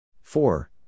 four